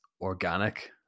organic